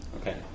Okay